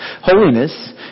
Holiness